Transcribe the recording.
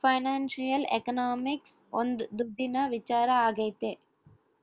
financial economics ಒಂದ್ ದುಡ್ಡಿನ ವಿಚಾರ ಆಗೈತೆ